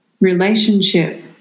relationship